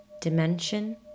dimension